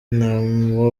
nta